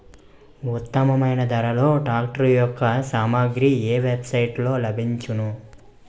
ఉత్తమమైన ధరలో ట్రాక్టర్ యెక్క సామాగ్రి ఏ వెబ్ సైట్ లో లభించును?